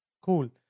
Cool